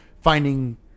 finding